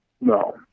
No